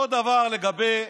אותו דבר לגבי